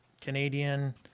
Canadian